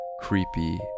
creepy